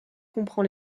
comprend